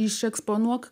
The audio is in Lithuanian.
iš eksponuok